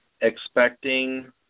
expecting